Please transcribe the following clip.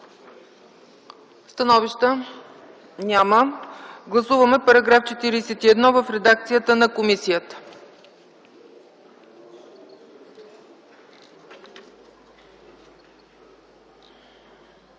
Становища няма. Гласуваме § 41 в редакцията на комисията.